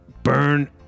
burn